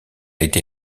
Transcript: été